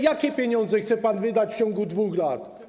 Jakie pieniądze chce pan wydać w ciągu 2 lat?